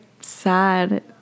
sad